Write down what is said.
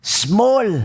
small